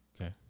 Okay